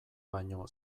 baino